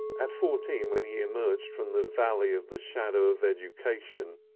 at fourteen, when he emerged from the valley of the shadow of education,